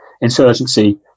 insurgency